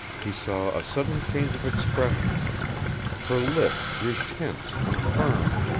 he saw a sudden change of expression her lips grew tense and firm